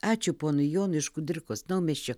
ačiū ponui jonui iš kudirkos naumiesčio